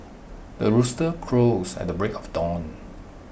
the rooster crows at the break of dawn